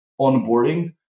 onboarding